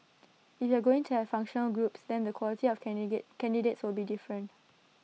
if you're going to have functional groups then the quality of candidate candidates will be different